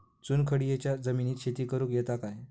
चुनखडीयेच्या जमिनीत शेती करुक येता काय?